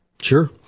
Sure